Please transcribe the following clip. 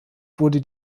wurde